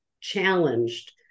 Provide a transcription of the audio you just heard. challenged